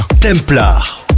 Templar